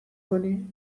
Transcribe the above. کنی